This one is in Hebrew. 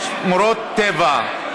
שמורות טבע,